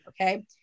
okay